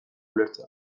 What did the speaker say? ulertzea